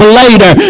later